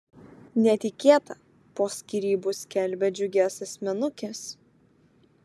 netikėta po skyrybų skelbia džiugias asmenukes